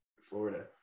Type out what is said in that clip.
Florida